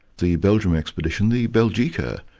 the belgian expedition, the belgica,